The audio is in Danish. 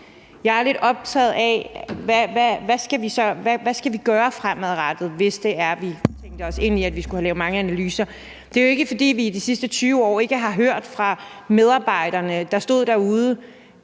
Jeg er lidt optaget af, hvad vi skal gøre fremadrettet, hvis nu vi tænkte os ind i, at vi skulle have lavet mange analyser. Det er jo ikke, fordi vi i de sidste 20 år ikke har hørt fra medarbejderne, der stod derude,